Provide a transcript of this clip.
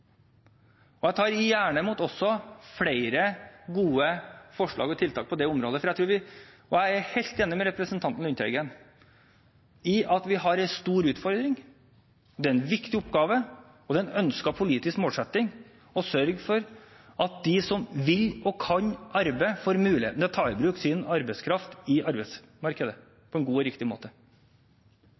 Jeg tar også gjerne imot flere gode forslag og tiltak på det området. Jeg er helt enig med representanten Lundteigen i at vi har en stor utfordring, det er en viktig oppgave, og det er en ønsket politisk målsetting å sørge for at de som vil og kan arbeide, får mulighet til å ta i bruk sin arbeidskraft i arbeidsmarkedet på en god og riktig måte.